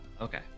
Okay